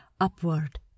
Upward